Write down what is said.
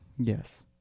Yes